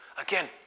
Again